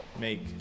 make